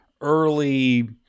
early